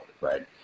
right